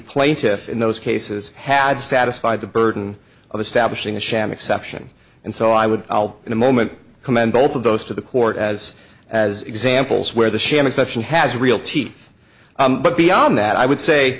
plaintiffs in those cases had satisfied the burden of establishing a sham exception and so i would in a moment commend both of those to the court as as examples where the sham exception has real teeth but beyond that i would say